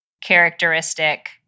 characteristic